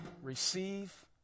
Receive